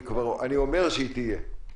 אני אומר שהיא תהיה.